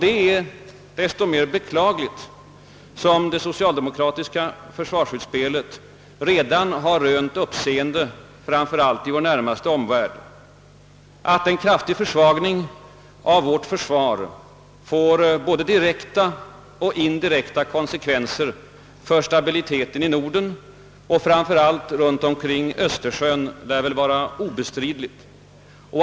Detta är desto mer beklagligt som det socialdemokratiska försvarsutspelet redan har rönt uppseende, framför allt i vår närmaste omvärld. Att en kraftig försvagning av vårt försvar får både direkta och indirekta konsekvenser för stabiliteten i Norden och framför allt runt omkring Östersjön lär väl vara obestridligt.